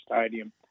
Stadium